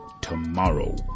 tomorrow